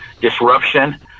disruption